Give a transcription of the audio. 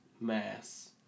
Mass